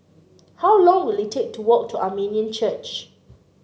how long will it take to walk to Armenian Church